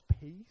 peace